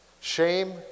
shame